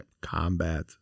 combat